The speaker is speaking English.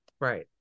Right